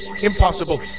Impossible